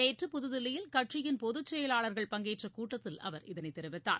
நேற்று புத்தில்லியில் கட்சியின் பொதுச்செயலாளர்கள் பங்கேற்ற கூட்டத்தில் அவர் இதனை தெரிவித்தார்